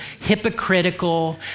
hypocritical